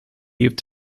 lived